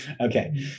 Okay